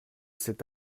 cet